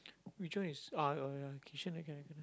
which one is ah